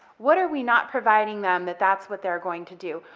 what are we not providing them, that that's what they're going to do?